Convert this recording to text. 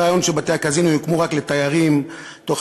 הרעיון שבתי-הקזינו יוקמו רק לתיירים תוך